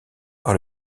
par